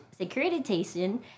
securitization